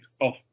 off